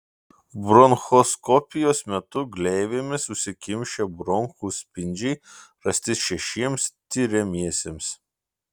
bronchoskopijos metu gleivėmis užsikimšę bronchų spindžiai rasti šešiems tiriamiesiems